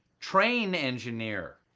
train engineer.